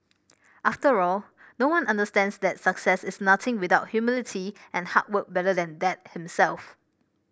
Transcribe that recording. after all no one understands that success is nothing without humility and hard work better than Dad himself